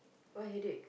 why headache